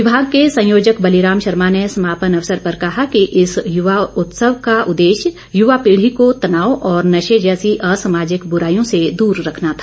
विभाग के संयोजक बली राम शर्मा ने समापन अवसर पर कहा कि इस युवा उत्सव का उददेश्य युवा पीढ़ी को तनाव और नशे जैसी असामाजिक बुराईयों से दूर रखना था